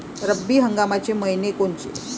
रब्बी हंगामाचे मइने कोनचे?